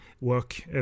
work